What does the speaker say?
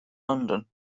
london